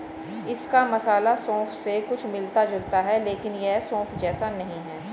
इसका मसाला सौंफ से कुछ मिलता जुलता है लेकिन यह सौंफ जैसा नहीं है